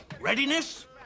Readiness